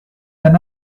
d’un